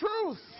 truth